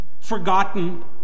forgotten